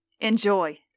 Enjoy